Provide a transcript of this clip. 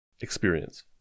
experience